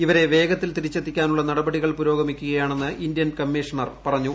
ഇവരെ വേഗത്തിൽ തിരിച്ചെത്തിക്കാനുള്ള നടപടികൾ പുരോഗമിക്കുകയാണെന്ന് ഇന്ത്യൻ കമ്മീഷണർ പറഞ്ഞു